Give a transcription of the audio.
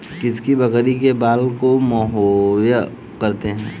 किस बकरी के बाल को मोहेयर कहते हैं?